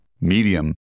medium